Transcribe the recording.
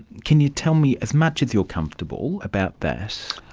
can you tell me, as much as you're comfortable, about that?